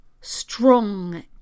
strong